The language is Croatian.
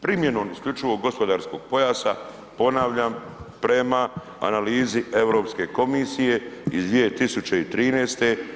Primjenom isključivog gospodarskog pojasa, ponavljam prema analizi Europske komisije, iz 2013.